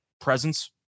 presence